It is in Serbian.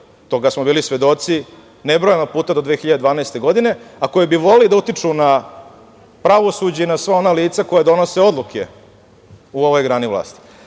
toga smo bili svedoci nebrojeno puta do 2012. godine, a koji bi voleli da utiču na pravosuđe i na sva ona lica koja donose odluke u ovoj grani vlasti. Takođe